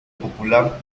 popular